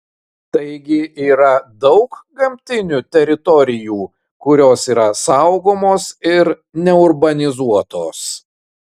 taigi yra daug gamtinių teritorijų kurios yra saugomos ir neurbanizuotos